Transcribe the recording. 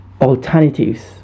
alternatives